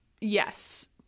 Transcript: Yes